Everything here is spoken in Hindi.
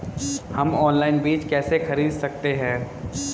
हम ऑनलाइन बीज कैसे खरीद सकते हैं?